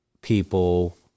people